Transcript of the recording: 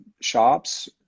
shops